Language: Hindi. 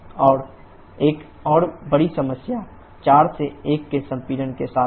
और एक और बड़ी समस्या 4 से 1 के संपीड़न के साथ है